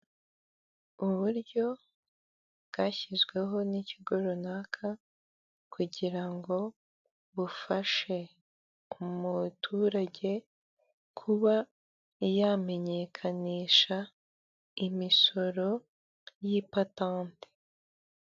Uburyo bwashyizweho n'ikigo runaka, kugira ngo bufashe umuturage kuba yamenyekanisha imisoro y'ipatante.